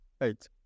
eight